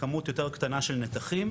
ועוד איך בתוך השיבוצים האלה.